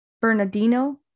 Bernardino